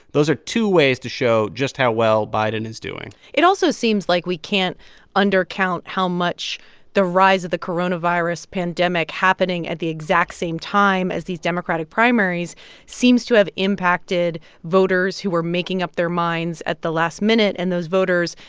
those are two ways to show just how well biden is doing it also seems like we can't undercount how much the rise of the coronavirus pandemic happening at the exact same time as these democratic primaries seems to have impacted voters who are making up their minds at the last minute. and those voters,